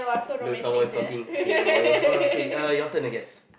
look someone is talking okay whatever err okay your turn I guess